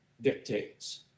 dictates